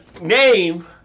name